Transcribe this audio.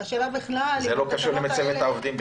השאלה בכלל -- זה לא קשור למצבת העובדים בכלל.